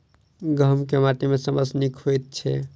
गहूम केँ माटि मे सबसँ नीक होइत छै?